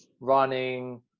running